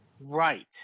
Right